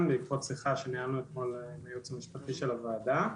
בעקבות שיחה שניהלנו אתמול עם היועץ המשפטי של הוועדה.